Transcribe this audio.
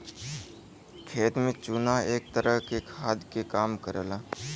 खेत में चुना एक तरह से खाद के काम करला